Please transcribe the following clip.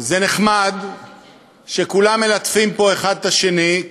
זה נחמד שכולם מלטפים פה אחד את השני,